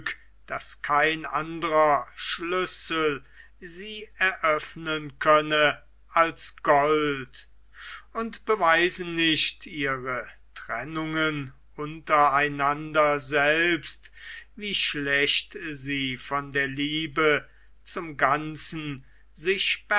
daß kein anderer schlüssel sie eröffnen könne als gold und beweisen nicht ihre trennungen unter einander selbst wie schlecht sie von der liebe zum ganzen sich